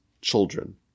children